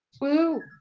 Woo